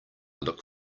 looked